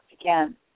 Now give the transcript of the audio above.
again